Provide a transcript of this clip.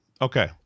Okay